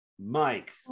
Mike